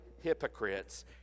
hypocrites